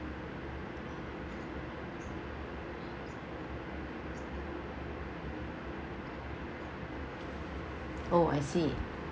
oh I see